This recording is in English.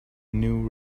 new